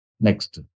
next